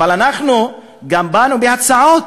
אנחנו גם באנו בהצעות,